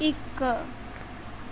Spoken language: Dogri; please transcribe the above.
इक